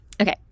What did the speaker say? Okay